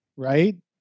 right